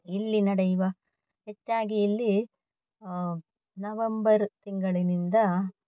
ಇಲ್ಲಿ ನಡೆಯುವ ಹೆಚ್ಚಾಗಿ ಇಲ್ಲಿ ನವಂಬರ್ ತಿಂಗಳಿನಿಂದ